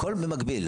הכל במקביל.